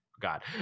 God